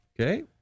Okay